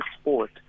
sport